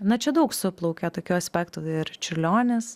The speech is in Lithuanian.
na čia daug suplaukia tokių aspektų ir čiurlionis